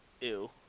Ew